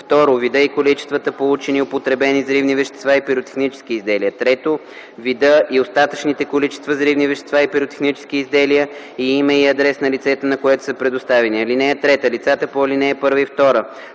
2. вида и количествата получени и употребени взривни вещества и пиротехнически изделия; 3. вида и остатъчните количества взривни вещества и пиротехнически изделия и име и адрес на лицето, на което са предоставени. (3) Лицата по ал. 1 и 2 в срок